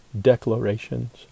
declarations